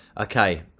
Okay